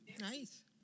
Nice